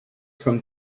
from